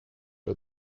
are